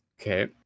okay